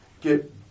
get